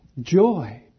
joy